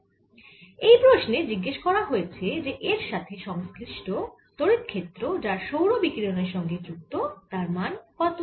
তাহলে এই প্রশ্নে জিজ্ঞেস করা হয়েছে যে এর সাথে সংশ্লিষ্ট তড়িৎ ক্ষেত্র যা সৌর বিকিরণের সঙ্গে যুক্ত তার মান কত